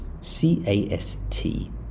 C-A-S-T